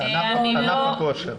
ענף הכושר.